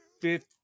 fifth